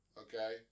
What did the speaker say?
Okay